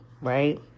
right